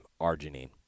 arginine